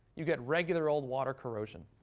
you get regular old water corrosion.